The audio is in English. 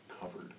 covered